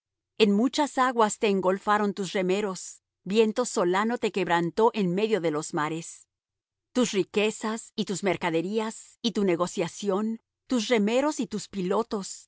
en muchas aguas te engolfaron tus remeros viento solano te quebrantó en medio de los mares tus riquezas y tus mercaderías y tu negociación tus remeros y tus pilotos los